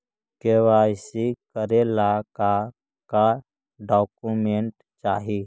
KYC करे ला का का डॉक्यूमेंट चाही?